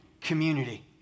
community